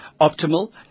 optimal